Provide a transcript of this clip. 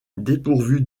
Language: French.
dépourvue